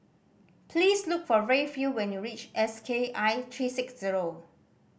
please look for Rayfield when you reach S K I three six zero